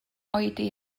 oedi